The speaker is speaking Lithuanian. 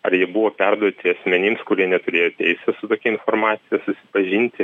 ar jie buvo perduoti asmenims kurie neturėjo teisės su tokia informacija susipažinti ar